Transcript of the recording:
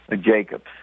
Jacobs